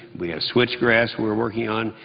we have switch grass we're working on,